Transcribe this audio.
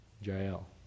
Jael